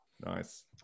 Nice